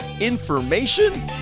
information